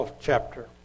chapter